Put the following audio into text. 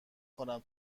کنم